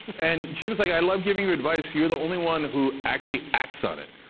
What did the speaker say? and jim's like, i love giving you advice. you're the only one who actually acts on it.